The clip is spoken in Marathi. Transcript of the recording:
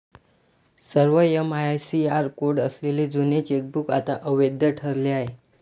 सर्व एम.आय.सी.आर कोड असलेले जुने चेकबुक आता अवैध ठरले आहे